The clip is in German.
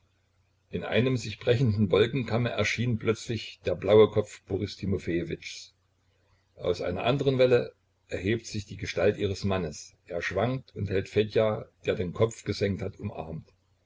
in einem sich brechenden wolkenkamme erscheint plötzlich der blaue kopf boris timofejewitschs aus einer anderen welle erhebt sich die gestalt ihres mannes er schwankt und hält fedja der den kopf gesenkt hat umarmt